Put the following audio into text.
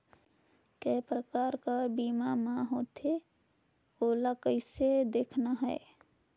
काय प्रकार कर बीमा मा होथे? ओला कइसे देखना है?